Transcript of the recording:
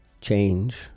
change